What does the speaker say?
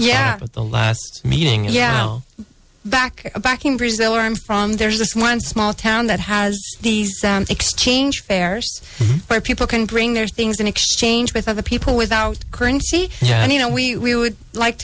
at the last meeting yeah well back back in brazil i'm from there's this one small town that has these exchange fairs where people can bring their things and exchange with other people without currency and you know we we would like